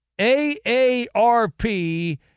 AARP